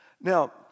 Now